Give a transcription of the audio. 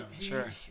sure